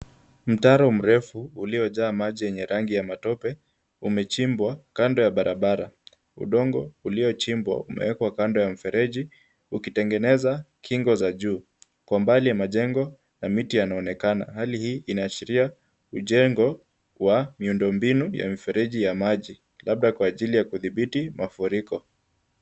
Mtaro mrefu uliojaa maji yenye rangi ya matope umechimbwa kando ya barabara. Udongo uliochimbwa umeekwa kando ya mfereji ukitengeneza kingo za juu. Kwa mbali ya majengo na miti yanaonekana. Hali hii inaashiria mjengo wa muundo mbinu ya mifereji ya maji labda kwa ajili ya kudhibiti mafuriko.